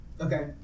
Okay